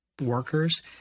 workers